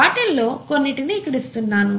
వాటిల్లో కొన్నిటిని ఇక్కడ ఇస్తున్నాను